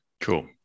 Cool